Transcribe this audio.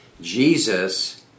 Jesus